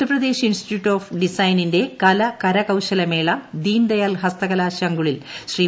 Uttar Pradesh Institute of ഡിസൈനിന്റെ കല കരകൌശല മേള ദീൻ ദയാൽ ഹസ്തകലാ ശങ്കുളിൽ ശ്രീ